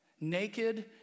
Naked